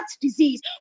disease